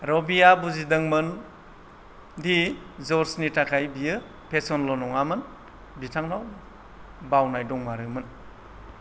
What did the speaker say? रबिया बुजिमोनदोंमोनदि जर्जनि थाखाय बियो फेशनल' नङामोन बिथांनाव बावनाय दंमारोमोन